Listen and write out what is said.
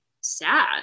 sad